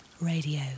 radio